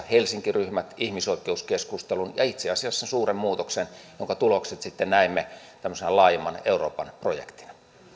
helsinki ryhmät ihmisoikeuskeskustelun ja itse asiassa suuren muutoksen jonka tulokset sitten näemme tämmöisenä laajemman euroopan projektina